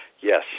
Yes